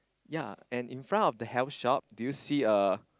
ya and in front of the health shop do you see a